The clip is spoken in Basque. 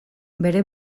bere